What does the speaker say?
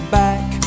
back